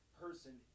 person